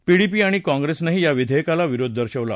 PDP आणि काँग्रेसनंही या विधेयकाला विरोध दर्शवला